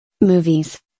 Movies